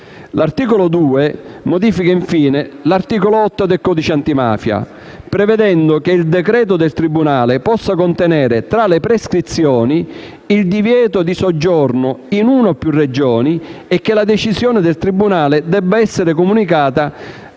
L'articolo 2 modifica infine l'articolo 8 del codice antimafia, prevedendo che il decreto del tribunale possa contenere, tra le prescrizioni, il divieto di soggiorno in una o più Regioni e che la decisione del tribunale debba essere comunicata